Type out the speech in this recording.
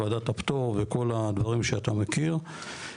וועדת הפטור וכל הדברים שאתה מכיר.